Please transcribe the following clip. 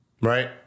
right